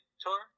tour